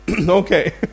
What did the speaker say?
Okay